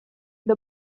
the